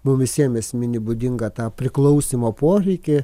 mum visiem esminį būdingą tą priklausymo poreikį